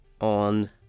on